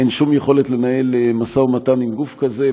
אין שום יכולת לנהל משא ומתן עם גוף כזה,